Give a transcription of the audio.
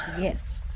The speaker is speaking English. Yes